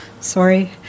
sorry